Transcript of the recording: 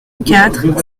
quatre